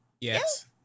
Yes